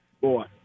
boy